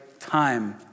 time